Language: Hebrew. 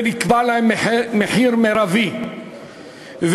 ונקבע להם מחיר מרבי,